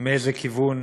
מאיזה כיוון